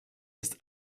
ist